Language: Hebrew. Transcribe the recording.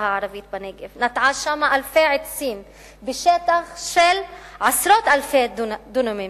הערבית בנגב: נטעה שם אלפי עצים בשטח של עשרות אלפי דונמים,